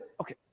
Okay